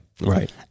Right